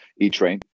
E-Train